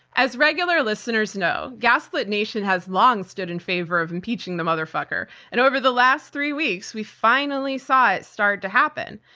as regular listeners know, gaslit nation has long stood in favor of impeaching the motherfucker, and over the last three weeks we finally saw it start to happen.